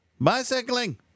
Bicycling